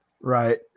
Right